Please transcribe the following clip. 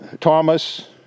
Thomas